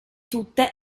tutte